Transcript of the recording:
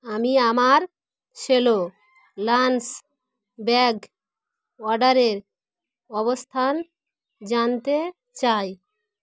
আমি আমার Cello lunch bag অর্ডারের অবস্থান জানতে চাই